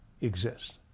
exist